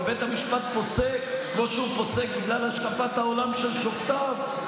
ובית המשפט פוסק מה שהוא פוסק בגלל השקפת העולם של שופטיו,